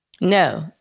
no